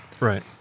Right